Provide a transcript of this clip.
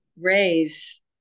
raise